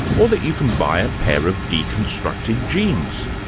or that you can buy a pair of deconstructed jeans?